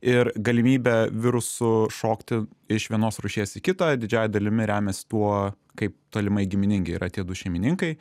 ir galimybė virusų šokti iš vienos rūšies į kitą didžiąja dalimi remiasi tuo kaip tolimai giminingi yra tie du šeimininkai